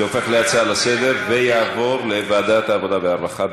זה הופך להצעה לסדר-היום ויעבור לוועדת העבודה והרווחה,